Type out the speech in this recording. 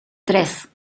tres